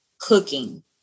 cooking